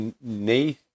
Nate